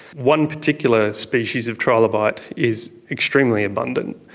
one particular species of trilobite is extremely abundant,